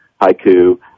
haiku